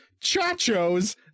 Chachos